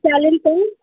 चालेल काही